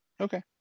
Okay